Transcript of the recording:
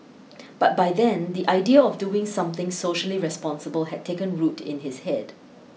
but by then the idea of doing something socially responsible had taken root in his head